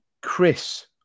Chris